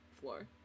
floor